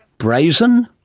brazen?